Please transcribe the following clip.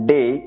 Day